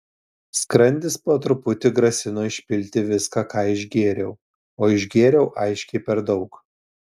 skrandis po truputį grasino išpilti viską ką išgėriau o išgėriau aiškiai per daug